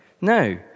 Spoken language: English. No